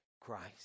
christ